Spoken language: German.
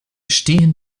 stehen